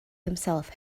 himself